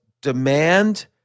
demand